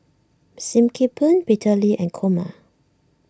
Sim Kee Boon Peter Lee and Kumar